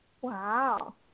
Wow